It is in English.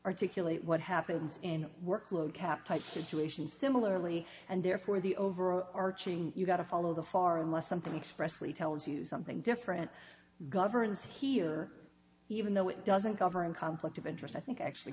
particularly what happens in workload cap type situations similarly and therefore the overall arching you've got to follow the far unless something specially tells you something different governs here even though it doesn't cover in conflict of interest i think i actually